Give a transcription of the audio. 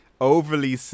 Overly